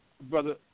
brother